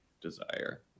desire